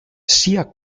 sia